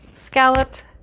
scalloped